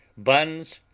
buns,